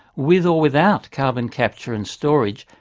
with or without carbon capture and storage,